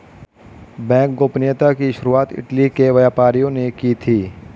bank गोपनीयता की शुरुआत इटली के व्यापारियों ने की थी